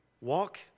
walk